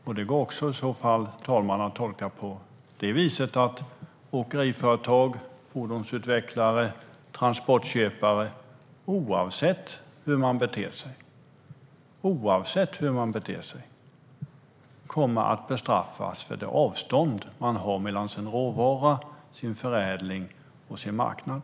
Detta går också att tolka på ett sådant sätt att oavsett hur åkeriföretag, fordonsutvecklare och transportköpare beter sig kommer de att bestraffas för det avstånd som de har mellan råvara, förädling och marknad.